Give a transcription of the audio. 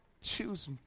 choose